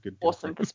awesome